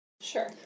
Sure